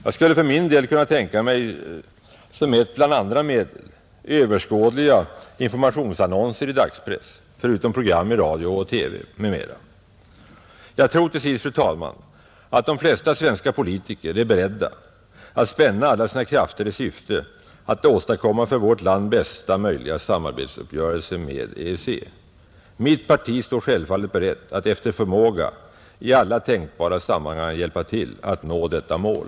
Jag skulle för min del kunna tänka mig som ett bland andra medel överskådliga informationsannonser i dagspress, förutom program i radio och TV m. m, Jag tror till sist, fru talman, att de flesta svenska politiker är beredda att spänna alla sina krafter i syfte att åstadkomma för vårt land bästa möjliga samarbetsuppgörelse med EEC. Mitt parti står självfallet berett att efter förmåga i alla tänkbara sammanhang hjälpa till att nå detta mål.